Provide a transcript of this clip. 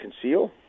conceal